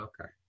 Okay